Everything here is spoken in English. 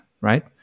right